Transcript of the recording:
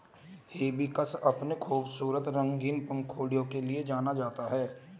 hibiscus अपनी खूबसूरत रंगीन पंखुड़ियों के लिए जाना जाता है